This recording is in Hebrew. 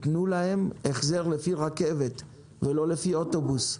שייתנו להם החזר לפי נסיעה ברכבת ולא לפי נסיעה באוטובוס,